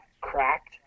cracked